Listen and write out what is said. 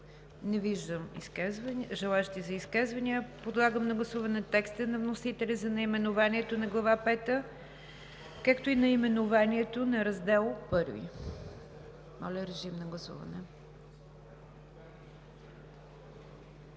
Не виждам желаещи за изказвания. Подлагам на гласуване текста на вносителя за наименованието на Глава пета, както и за наименованието на Раздел І. Гласували